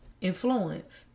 influenced